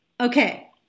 Okay